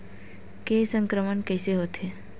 के संक्रमण कइसे होथे?